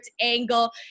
Angle